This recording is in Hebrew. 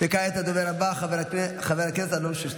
כעת הדובר הבא, חבר הכנסת אלון שוסטר.